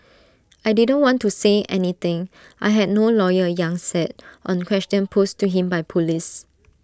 I didn't want to say anything I had no lawyer yang said on questions posed to him by Police